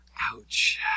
Ouch